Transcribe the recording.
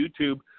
YouTube